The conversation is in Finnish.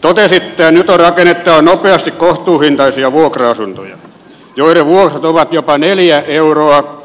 totesitte että nyt on rakennettava nopeasti kohtuuhintaisia vuokra asuntoja joiden vuokrat ovat jopa neljä euroa